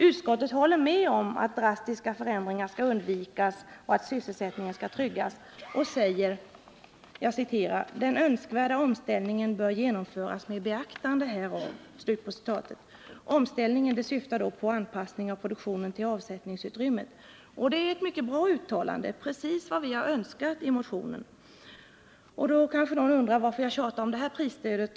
Utskottet håller med om att drastiska förändringar skall undvikas och att sysselsättningen skall tryggas och säger: ”Den önskvärda omställningen bör genomföras med beaktande härav.” Omställningen syftar då på en anpassning av produktionen till avsättningsutrymmet. Det är ett mycket bra uttalande, precis vad vi har önskat i motionen. Och då kanske någon undrar varför jag tjatar om det här prisstödet.